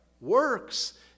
Works